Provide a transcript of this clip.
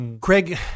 Craig